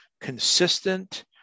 consistent